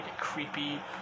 creepy